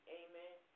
amen